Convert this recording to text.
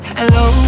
Hello